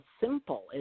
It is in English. simple